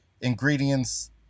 ingredients